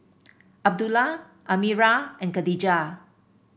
Abdullah Amirah and Khadija